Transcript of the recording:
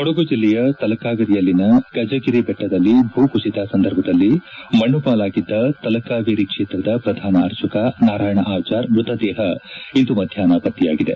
ಕೊಡಗು ಜಿಲ್ಲೆಯ ತಲಕಾವೇರಿಯಲ್ಲಿನ ಗಜಗಿರಿ ವೆಟ್ಟದಲ್ಲಿ ಭೂಕುಭತ ಸಂದರ್ಭದಲ್ಲಿ ಮಣ್ಣಪಾಲಾಗಿದ್ದ ತಲಕಾವೇರಿ ಕ್ಷೇತ್ರದ ಪ್ರಧಾನ ಅರ್ಚಕ ನಾರಾಯಣ ಆಚಾರ್ ಮೃತದೇಹ ಇಂದು ಮಧ್ಯಾಹ್ನ ಪತ್ತೆಯಾಗಿದೆ